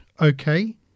okay